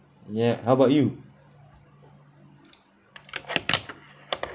ya how about you